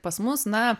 pas mus na